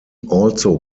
also